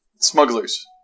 Smugglers